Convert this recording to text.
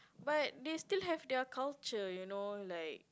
but they still have their culture you know like